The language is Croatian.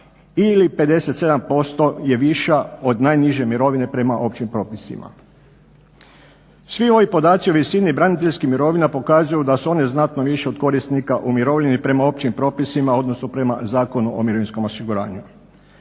ili 57% je viša od najniže mirovine prema općim propisima. Svi ovi podaci o visini braniteljskih mirovina pokazuju da su one znatno više od korisnika umirovljeni prema općim propisima odnosno prema Zakonu o mirovinskom osiguranju.